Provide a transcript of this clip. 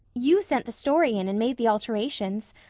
you sent the story in and made the alterations.